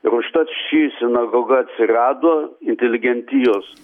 ir užtat ši sinagoga atsirado inteligentijos